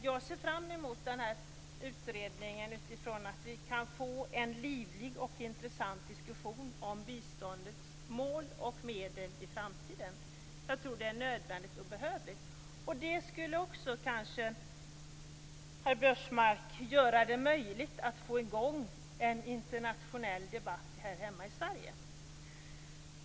Jag ser fram emot utredningen så att vi kan få en livlig och intressant diskussion om biståndets mål och medel i framtiden. Jag tror det är nödvändigt och behövligt. Det skulle kanske också, herr Biörsmark, göra det möjligt att få igång en internationell debatt här hemma i Sverige.